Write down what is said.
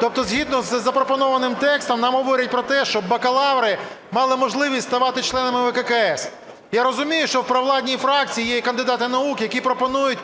Тобто згідно з запропонованим текстом нам говорять про те, щоб бакалаври мали можливість ставати членами ВККС. Я розумію, що в провладній фракції є і кандидати наук, які пропонують,